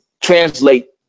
translate